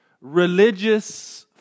religious